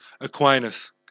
Aquinas